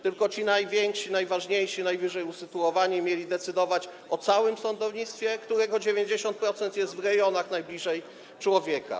Tylko ci najwięksi, najważniejsi, najwyżej usytuowani mieli decydować o całym sądownictwie, którego 90% jest w rejonach, najbliżej człowieka.